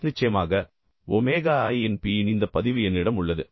plus நிச்சயமாக omega i இன் P இன் இந்த பதிவு என்னிடம் உள்ளது